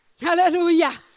Hallelujah